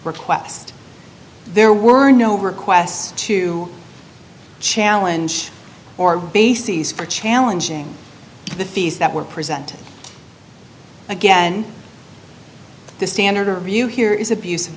request there were no requests to challenge or bases for challenging the fees that were presented again the standard of view here is abus